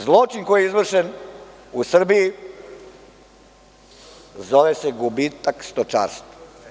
Zločin koji je izvršen u Srbiji zove se gubitak stočarstva.